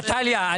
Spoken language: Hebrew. נטליה,